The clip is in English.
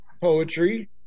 poetry